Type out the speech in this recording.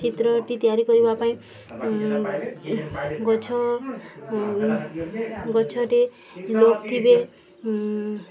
ଚିତ୍ରଟି ତିଆରି କରିବା ପାଇଁ ଗଛ ଗଛଟିଏ ଲୋକ୍ ଥିବେ